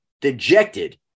dejected